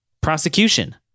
prosecution